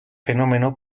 fenómeno